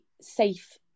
safe